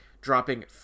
dropping